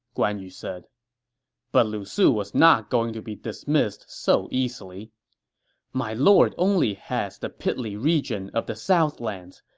guan yu said but lu su was not going to be dismissed so easily my lord only has the piddly region of the southlands,